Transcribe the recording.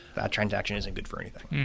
that transaction isn't good for anything.